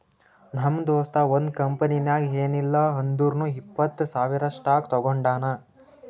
ನಮ್ ದೋಸ್ತ ಒಂದ್ ಕಂಪನಿನಾಗ್ ಏನಿಲ್ಲಾ ಅಂದುರ್ನು ಇಪ್ಪತ್ತ್ ಸಾವಿರ್ ಸ್ಟಾಕ್ ತೊಗೊಂಡಾನ